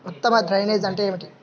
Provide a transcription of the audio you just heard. ఉత్తమ డ్రైనేజ్ ఏమిటి?